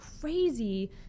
crazy